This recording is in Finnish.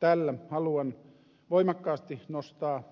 tällä haluan voimakkaasti nostaa